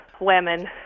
women